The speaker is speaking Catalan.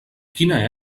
quina